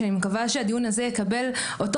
ואני מקווה שהדיון הזה יקבל את אותו